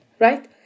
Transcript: right